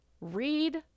Read